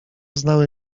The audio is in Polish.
znały